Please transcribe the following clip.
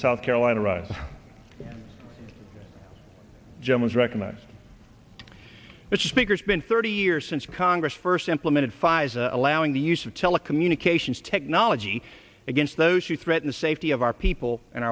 south care law germans recognize that speaker's been thirty years since congress first implemented pfizer allowing the use of telecommunications technology against those who threaten the safety of our people and